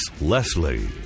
Leslie